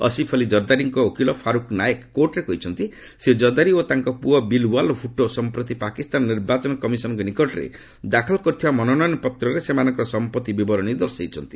ଅସିଫ୍ ଅଲ୍ଲୀ ଜର୍ଦାରୀଙ୍କ ଓକିଲ ଫାରୁକ୍ ନାଏକ୍ କୋର୍ଟରେ କହିଛନ୍ତି ଶ୍ରୀ ଜର୍ଦାରୀ ଓ ତାଙ୍କ ପୁଅ ବିଲ୍ୱାଲ୍ ଭୁଟ୍ଟୋ ସମ୍ପ୍ରତି ପାକିସ୍ତାନ ନିର୍ବାଚନ କିମଶନଙ୍କ ନିକଟରେ ଦାଖଲ କରିଥିବା ମନୋନୟନ ପତ୍ରରେ ସେମାନଙ୍କର ସମ୍ପଭି ବିବରଣୀ ଦର୍ଶାଇଛନ୍ତି